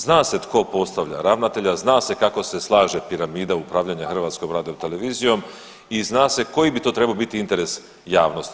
Zna se tko postavlja ravnatelja, zna se kako se slaže piramida upravljanja HRT-om i zna se koji bi to trebao biti interes javnosti.